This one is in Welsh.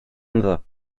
ynddo